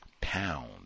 pound